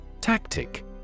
Tactic